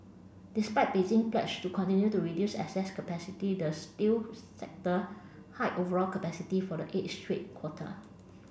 despite Beijing pledge to continue to reduce excess capacity the steel sector hiked overall capacity for the eighth straight quarter